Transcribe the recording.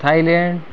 Thailand